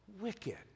wicked